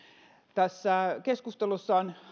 tässä keskustelussa on